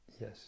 Yes